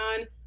on